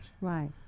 Right